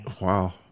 Wow